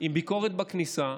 עם ביקורת בכניסה,